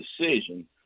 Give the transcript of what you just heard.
decision